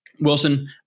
Wilson